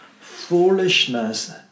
foolishness